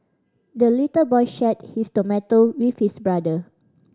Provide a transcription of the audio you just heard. the little boy shared his tomato with his brother